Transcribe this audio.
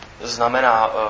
znamená